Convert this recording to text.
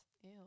Ew